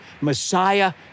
Messiah